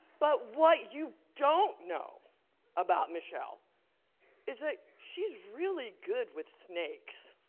but what you don't know about michele is that she's really good with snakes